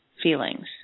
feelings